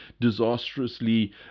disastrously